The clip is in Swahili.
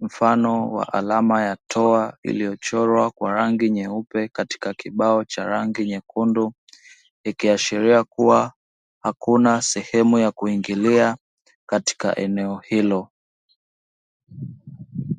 mfano wa alama ya toa iliyochorwa kwa rangi nyeupe katika kibao cha rangi nyekundu. Ikiashiria kuwa hakuna sehemu ya kuingilia katika eneo hilo.